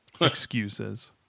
Excuses